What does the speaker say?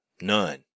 None